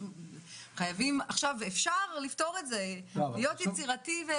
חייבים לפתור את זה, וזה אפשרי.